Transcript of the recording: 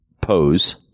pose